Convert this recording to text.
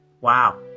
Wow